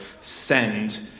Send